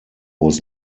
was